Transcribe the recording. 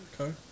Okay